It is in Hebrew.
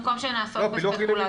במקום שנעסוק בספקולציות.